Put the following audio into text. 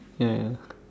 ya ya